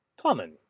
Common